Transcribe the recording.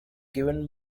given